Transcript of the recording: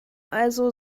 also